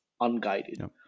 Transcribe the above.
unguided